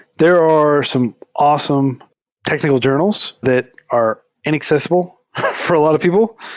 there are some awesome technical journals that are inaccess ible for a lot of people.